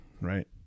right